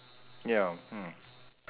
ya hmm